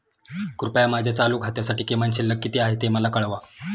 कृपया माझ्या चालू खात्यासाठी किमान शिल्लक किती आहे ते मला कळवा